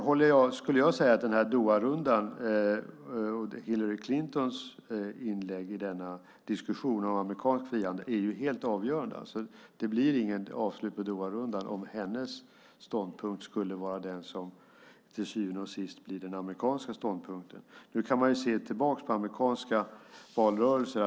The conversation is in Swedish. Jag skulle säga att Doharundan och Hillary Clintons inlägg i denna diskussion om amerikansk frihandel är helt avgörande. Det blir inget avslut på Doharundan om hennes ståndpunkt skulle vara den som till syvende och sist blir den amerikanska ståndpunkten. Nu kan man se tillbaka på amerikanska valrörelser.